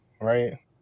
right